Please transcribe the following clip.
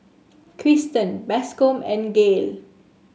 Cristen Bascom and Gael